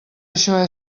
això